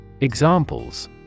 Examples